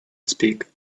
speak